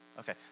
Okay